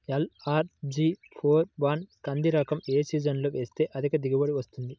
LRG four one కంది రకం ఏ సీజన్లో వేస్తె అధిక దిగుబడి వస్తుంది?